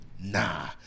nah